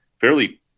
fairly